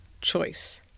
choice